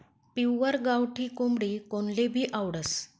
pure गावठी कोंबडी कोनलेभी आवडस